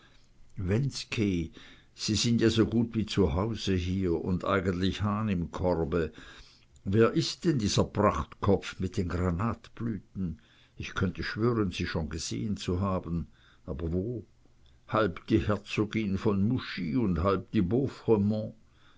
wensky sie sind ja so gut wie zu haus hier und eigentlich hahn im korbe wer ist denn dieser prachtkopf mit den granatblüten ich könnte schwören sie schon gesehen zu haben aber wo halb die herzogin von mouchy und halb die